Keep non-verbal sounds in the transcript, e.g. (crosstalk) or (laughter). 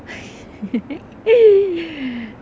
(laughs)